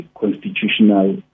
constitutional